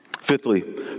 Fifthly